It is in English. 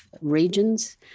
regions